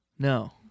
No